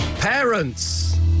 Parents